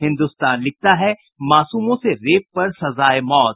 हिन्द्रस्तान लिखता है मासूमों से रेप पर सजा ए मौत